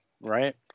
right